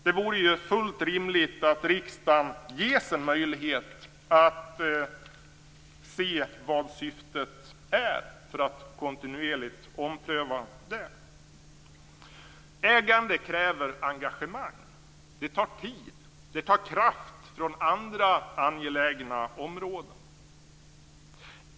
Det vore fullt rimligt att riksdagen gavs en möjlighet att se vad som är syftet, för att kontinuerligt kunna ompröva det. Ägande kräver engagemang. Det tar tid och kraft från andra angelägna områden.